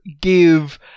give